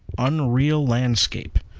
unreal landscape!